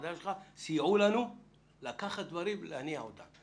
בוועדה שלך סייעו לנו לקחת ולהניע דברים.